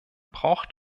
braucht